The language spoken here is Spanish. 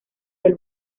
del